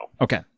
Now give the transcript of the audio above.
Okay